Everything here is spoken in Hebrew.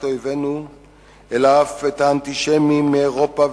אויבינו אלא אף את האנטישמים מאירופה,